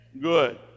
Good